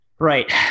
Right